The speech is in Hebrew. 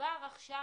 כבר עכשיו,